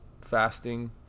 fasting